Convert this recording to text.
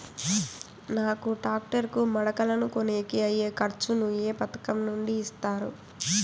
నాకు టాక్టర్ కు మడకలను కొనేకి అయ్యే ఖర్చు ను ఏ పథకం నుండి ఇస్తారు?